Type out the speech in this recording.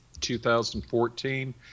2014